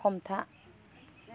हमथा